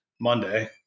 Monday –